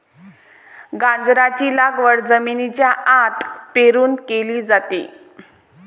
गाजराची लागवड जमिनीच्या आत पेरून केली जाते